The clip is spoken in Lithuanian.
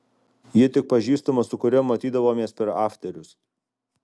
ji tik pažįstama su kuria matydavomės per afterius